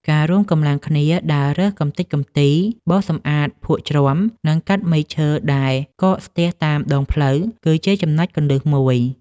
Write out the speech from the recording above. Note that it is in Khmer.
ការរួមកម្លាំងគ្នាដើររើសកម្ទេចកម្ទី បោសសម្អាតភក់ជ្រាំ និងកាត់មែកឈើដែលកកស្ទះតាមដងផ្លូវ គឺជាចំណុចគន្លឹះមួយ។